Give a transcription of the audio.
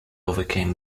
overcame